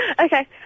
Okay